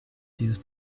dieses